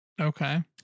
Okay